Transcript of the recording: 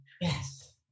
Yes